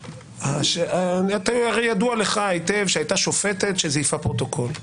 הרי ידוע לך היטב שהייתה שופטת שזייפה פרוטוקול.